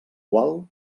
gual